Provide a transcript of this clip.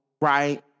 right